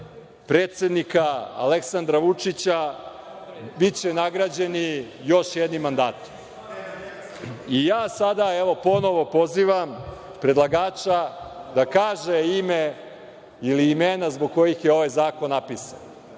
predsednika Aleksandra Vučića, biće nagrađeni još jednim mandatom. Pozivam ponovo predlagača da kaže ime ili imena zbog kojih je ovaj zakon napisan,